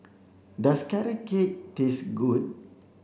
does carrot cake taste good